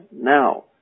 now